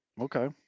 Okay